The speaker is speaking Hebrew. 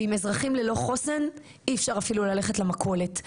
ועם אזרחים ללא חוסן אי אפשר אפילו ללכת למכולת.